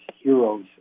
heroes